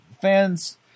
Fans